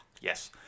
yes